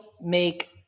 make